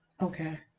Okay